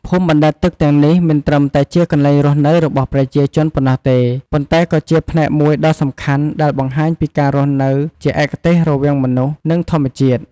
ភូមិបណ្ដែតទឹកទាំងនេះមិនត្រឹមតែជាកន្លែងរស់នៅរបស់ប្រជាជនប៉ុណ្ណោះទេ ប៉ុន្តែក៏ជាផ្នែកមួយដ៏សំខាន់ ដែលបង្ហាញពីការរស់នៅជាឯកទេសរវាងមនុស្ស និងធម្មជាតិ។ ។